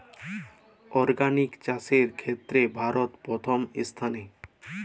organic চাষের ক্ষেত্রে ভারত প্রথম স্থানে